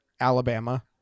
Alabama